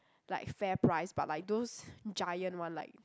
like FairPrice but like those giant one like